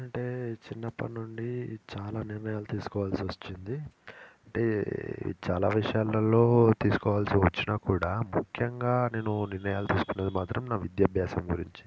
అంటే చిన్నప్పటి నుండి చాలా నిర్ణయాలు తీసుకోవాల్సి వచ్చింది అంటే చాలా విషయాలలో తీసుకోవాల్సి వచ్చినా కూడా ముఖ్యంగా నేను నిర్ణయాలు తీసుకున్నది మాత్రం నా విద్యాభ్యాసం గురించి